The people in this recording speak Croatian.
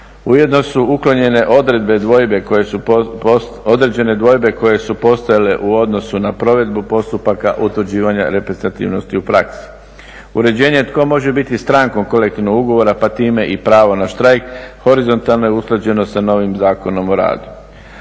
Ujedno su uklonjene određene dvojbe koje su postojale u odnosu na provedbu postupaka utvrđivanja reprezentativnosti u praksi. Uređenje tko može biti strankom kolektivnog ugovora pa time i pravo na štrajk horizontalno je usklađeno sa novim Zakonom o radu.